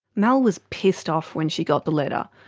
mel was pissed off when she got the letter.